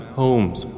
homes